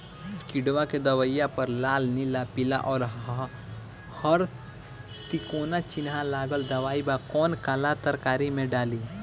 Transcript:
किड़वा के दवाईया प लाल नीला पीला और हर तिकोना चिनहा लगल दवाई बा कौन काला तरकारी मैं डाली?